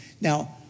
Now